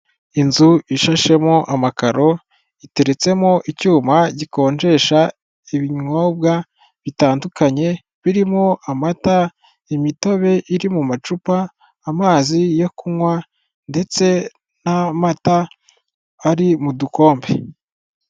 Inzu ishashemo amakaro iteretsemo icyuma gikonjesha ibinyobwa bitandukanye birimo amata, imitobe iri mu macupa, amazi yo kunywa, ndetse n'amata ari mu dukombe.